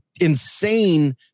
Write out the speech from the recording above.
insane